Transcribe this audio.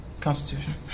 constitution